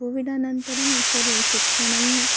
कोविडनन्तरं सर्वं शिक्षणं